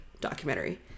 documentary